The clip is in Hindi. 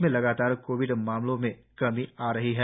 देश में लगातार कोविड मामलों में कमी हो रही है